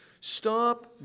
Stop